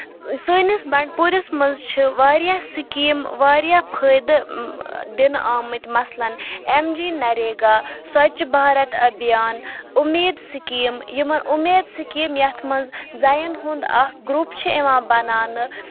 سٲنِس بنڈپوٗرِس منٛز چھِ واریاہ سِکیٖمہٕ واریاہ فٲیدٕ دَنہٕ آمٕتۍ مَثلن M G NREGA Swachh Bharat Abhiyan Umeed scheme یِمن اُمیٖد سِکیٖم یَتھ منٛز زَنٮ۪ن ہُند اکھ گروٚپ چھُ یِوان بَناونہٕ